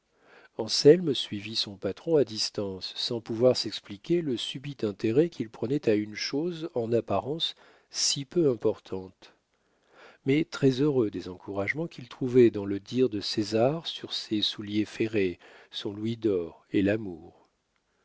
rencontrer anselme suivit son patron à distance sans pouvoir s'expliquer le subit intérêt qu'il prenait à une chose en apparence si peu importante mais très-heureux des encouragements qu'il trouvait dans le dire de césar sur ses souliers ferrés son louis d'or et l'amour